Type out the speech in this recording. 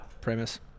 premise